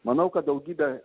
manau kad daugybę